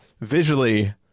visually